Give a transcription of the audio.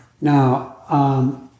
Now